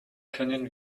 können